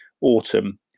autumn